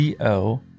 co